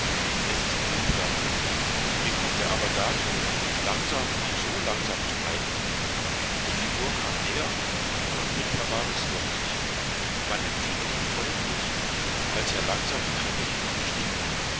es ist mittler wie kommt er aber dazu langsam und so langsam zu reiten die figur kam näher und mittler war es wirklich man empfing ihn freundlich als er langsam die treppe